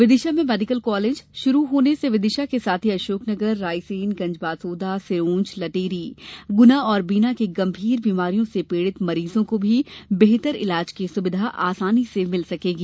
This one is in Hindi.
विदिशा में मेडीकल कॉलेज शुरू होने से विदिशा के साथ ही अशोकनगर रायसेन गंजबासौदा सिरोंज लटेरी गुना और बीना के गंभीर बीमारियों से पीड़ित मरीजों को भी बेहतर इलाज की सुविधा आसानी से मिल सकेगी